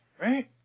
Right